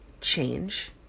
change